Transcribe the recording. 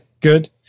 good